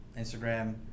Instagram